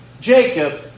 Jacob